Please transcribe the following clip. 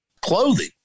clothing